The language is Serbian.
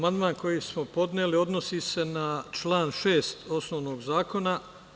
Amandman koji smo podneli odnosi se na član 6. osnovnog zakona.